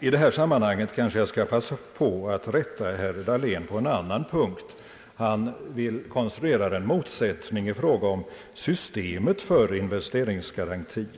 I detta sammanhang skall jag passa på att rätta herr Dahlén på en annan punkt. Han konstruerar en motsättning i fråga om systemet för investeringsgarantin.